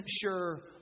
sure